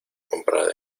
comprada